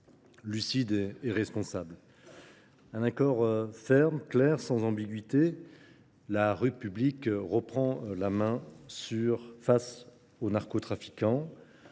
lucide et responsable. Un accord ferme, clair, sans ambiguïté, La République reprend la main face aux narcotrafiquants,